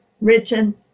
written